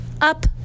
up